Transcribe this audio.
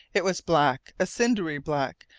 it was black, a cindery black,